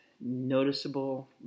noticeable